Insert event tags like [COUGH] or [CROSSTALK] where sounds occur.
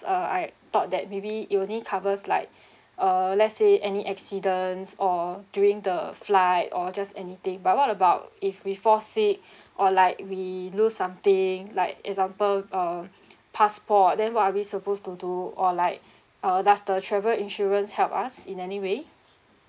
uh I thought that maybe it only covers like [BREATH] uh let's say any accidents or during the flight or just anything but what about if we fall sick [BREATH] or like we lose something like example uh passport then what are we supposed to do or like [BREATH] uh does the travel insurance help us in any way